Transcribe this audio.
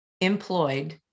employed